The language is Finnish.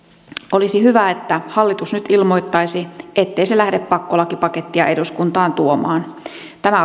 olisi hyvä että hallitus nyt ilmoittaisi ettei se lähde pakkolakipakettia eduskuntaan tuomaan tämä